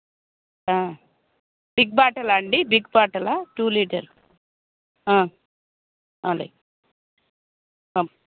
big బాటలా అండి big బాటలా టూ లీటర్స్ అదే పమ్